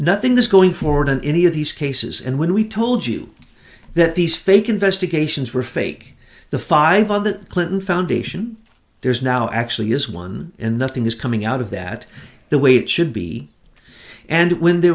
nothing's going forward in any of these cases and when we told you that these fake investigations were fake the five of the clinton foundation there's now actually is one and nothing is coming out of that the way it should be and when the